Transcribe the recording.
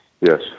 Yes